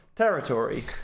Territory